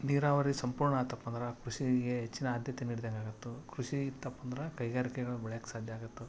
ನೀರಾವರಿ ಸಂಪೂರ್ಣ ಆತಪ್ಪ ಅಂದ್ರೆ ಕೃಷಿಗೆ ಹೆಚ್ಚಿನ ಆದ್ಯತೆ ನೀಡ್ದಂಗೆ ಆಗತ್ತೆ ಕೃಷಿ ಇತ್ತಪಂದ್ರೆ ಕೈಗಾರಿಕೆಗಳು ಬೆಳೆಯಕೆ ಸಾಧ್ಯ ಆಗತ್ತೆ